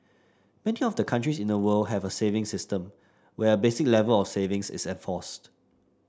many of the countries in the world have a savings system where a basic level of savings is enforced